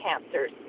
cancers